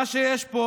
מה שיש פה